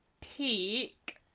peak